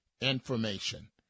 information